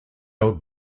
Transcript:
out